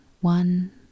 one